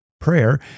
prayer